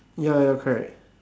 ya you're correct